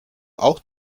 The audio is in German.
auch